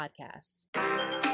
Podcast